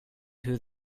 who